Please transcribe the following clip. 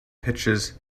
pitches